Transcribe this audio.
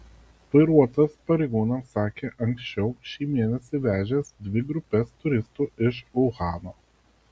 vairuotojas pareigūnams sakė anksčiau šį mėnesį vežęs dvi grupes turistų iš uhano